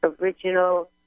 original